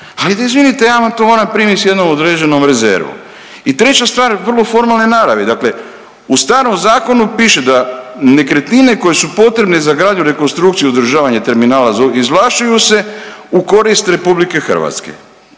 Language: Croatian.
ali da izvinite ja vam to moram to primit s jednom određenom rezervom. I treća stvar vrlo formalne naravi, dakle u starom zakonu piše da nekretnine koje su potrebne za gradnju, rekonstrukciju, održavanje terminala izvlašćuju se u korist RH.